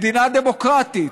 מדינה דמוקרטית,